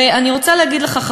אני רוצה להגיד לך,